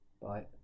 Bye